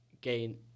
gain